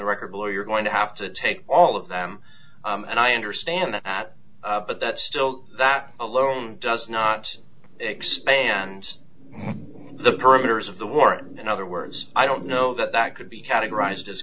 the record below you're going to have to take all of them and i understand that but that still that alone does not expand the perimeters of the warrant in other words i don't know that that could be categorized as